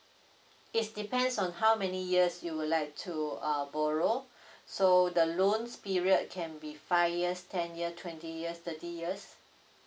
is depends on how many years you would like to uh borrow so the loans period can be five years ten year twenty years thirty years